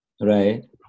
right